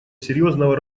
серьезного